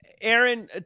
Aaron